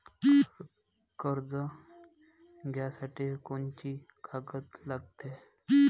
कर्ज घ्यासाठी कोनची कागद लागते?